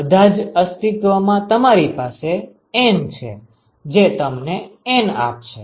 બધાજ અસ્તિત્વ માં તમારી પાસે N છે જે તમને N આપશે